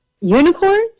Unicorns